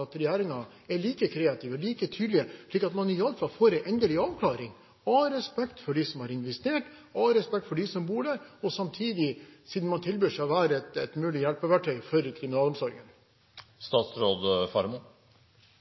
at regjeringen er like kreativ og like tydelig i denne saken, slik at man i alle fall får en endelig avklaring, av respekt for dem som har investert, og av respekt for dem som bor der, siden man tilbyr seg å være et mulig hjelpeverktøy for